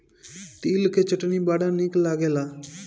तिल के चटनी बड़ा निक लागेला